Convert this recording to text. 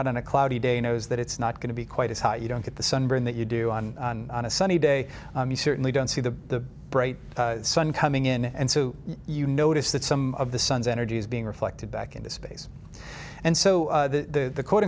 out on a cloudy day knows that it's not going to be quite as hot you don't get the sunburn that you do on a sunny day you certainly don't see the bright sun coming in and you notice that some of the sun's energy is being reflected back into space and so the quote unquote